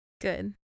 good